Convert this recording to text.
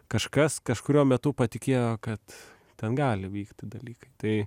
kažkas kažkuriuo metu patikėjo kad ten gali vykti dalykai tai